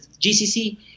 GCC